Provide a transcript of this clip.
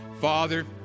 Father